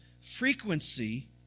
frequency